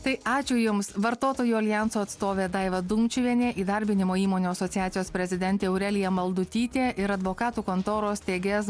tai ačiū jums vartotojų aljanso atstovė daiva dumčiuvienė įdarbinimo įmonių asociacijos prezidentė aurelija maldutytė ir advokatų kontoros steigėjas